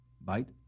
Bite